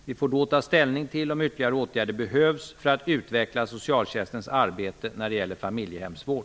Vi får då ta ställning till om ytterligare åtgärder behövs för att utveckla socialtjänstens arbete när det gäller familjehemsvård.